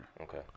Okay